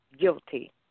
guilty